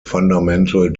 fundamental